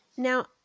Now